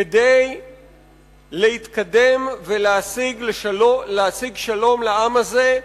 כדי להתקדם ולהשיג שלום לעם הזה,